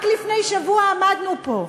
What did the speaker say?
רק לפני שבוע עמדנו פה,